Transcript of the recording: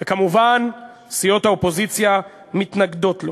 וכמובן, סיעות האופוזיציה מתנגדות לו.